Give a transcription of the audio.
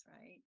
right